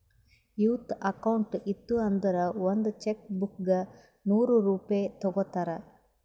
youth account ಇತ್ತು ಅಂದುರ್ ಒಂದ್ ಚೆಕ್ ಬುಕ್ಗ ನೂರ್ ರೂಪೆ ತಗೋತಾರ್